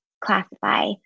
classify